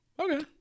Okay